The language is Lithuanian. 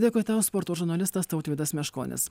dėkui tau sporto žurnalistas tautvydas meškonis